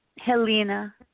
Helena